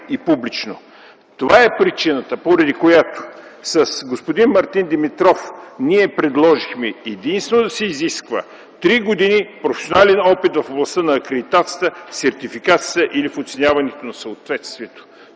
и публично. Това е причината, поради която с господин Мартин Димитров ние предложихме единствено да се изисква три години професионален опит в областта на акредитацията, сертификацията или оценяване на съответствието.